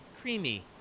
creamy